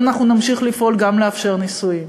לכן אנחנו נמשיך לפעול גם לאפשר נישואים,